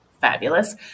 fabulous